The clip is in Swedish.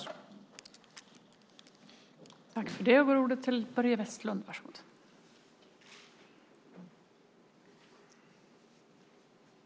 Då Sylvia Lindgren, som framställt interpellationen, anmält att hon var förhindrad att närvara vid sammanträdet medgav tredje vice talmannen att Börje Vestlund i stället fick delta i överläggningen.